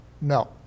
no